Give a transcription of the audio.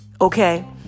okay